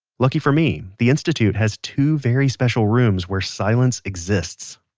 luckily for me, the institute has two very special rooms where silence exists